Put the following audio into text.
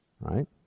right